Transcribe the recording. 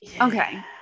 okay